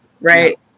right